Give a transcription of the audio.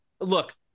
look